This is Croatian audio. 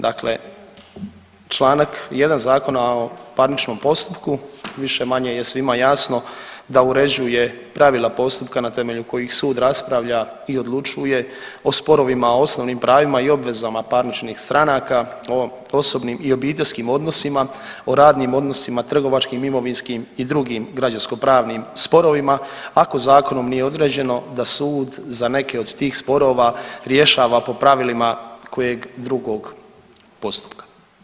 Dakle, Članak 1. Zakona o parničnom postupku više-manje je svima jasno da uređuje pravila postupka na temelju kojih sud raspravlja i odlučuje o sporovima, osnovnim pravima i obvezama parničnih stranaka, o osobnim i obiteljskim odnosima, o radnim odnosima, trgovačkim, imovinskim i drugim građansko pravnim sporovima ako zakonom nije određeno da sud za neke od tih sporova rješava po pravilima kojeg drugog postupka.